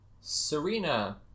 Serena